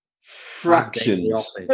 Fractions